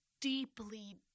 deeply